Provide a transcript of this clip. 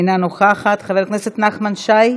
אינה נוכחת, חבר הכנסת נחמן שי,